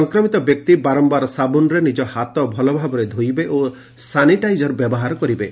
ସଂକ୍ରମିତ ବ୍ୟକ୍ତି ବାରମ୍ଭାର ସାବୁନରେ ନିକ ହାତ ଭଲଭାବେ ଧୋଇବେ ଓ ସାନିଟାଇଜର ବ୍ୟବହାର କରିବେ